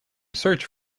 search